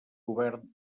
govern